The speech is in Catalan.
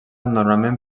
normalment